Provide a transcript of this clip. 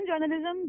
journalism